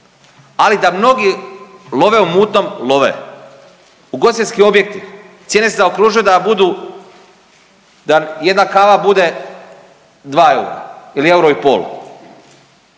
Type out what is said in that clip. ali da mnogi love u mutnom love. Ugostiteljski objekti, cijene se zaokružuju da budu, da jedna kava bude dva eura ili euro i pol,